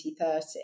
2030